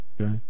Okay